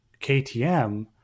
KTM